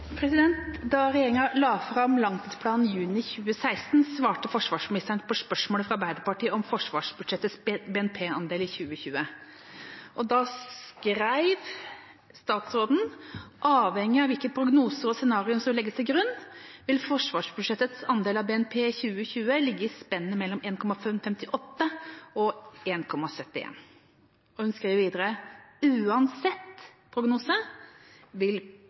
Da regjeringa la fram langtidsplanen juni 2016, svarte forsvarsministeren på spørsmålet fra Arbeiderpartiet om forsvarsbudsjettets BNP-andel i 2020. Da skrev statsråden: «Avhengig av hvilke prognoser og scenarier som legges til grunn, vil forsvarsbudsjettets andel av BNP i 2020 ligge i spennet mellom 1,58 og 1,71 Hun skrev videre: «Uansett prognose vil BNP-andelen øke.» I januar 2018 svarer så forsvarsministeren at BNP-andelen fram mot 2020 vil